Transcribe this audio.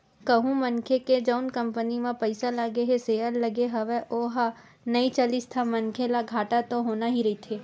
कहूँ मनखे के जउन कंपनी म पइसा लगे हे सेयर लगे हवय ओहा नइ चलिस ता मनखे ल घाटा तो होना ही रहिथे